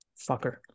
fucker